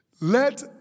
let